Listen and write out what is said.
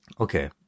Okay